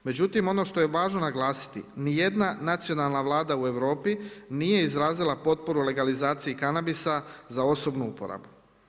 Međutim ono što je važno naglasiti, niti jedna nacionalna vlada u Europi nije izrazila potporu legalizaciji kanabisa za osobnu uporabu.